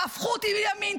תהפכו אותי לימין,